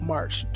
March